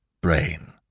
brain